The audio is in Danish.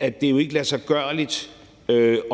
at det ikke er ladsiggørligt